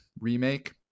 remake